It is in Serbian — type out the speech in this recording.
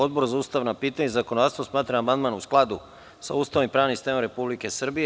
Odbor za ustavna pitanja i zakonodavstvo smatra da je amandman u skladu sa Ustavom i pravnim sistemom Republike Srbije.